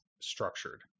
structured